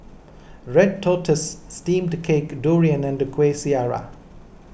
Red Tortoise Steamed Cake Durian and Kueh Syara